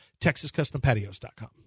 TexasCustomPatios.com